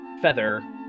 Feather